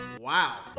wow